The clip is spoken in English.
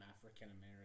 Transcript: African-American